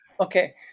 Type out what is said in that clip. Okay